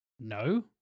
no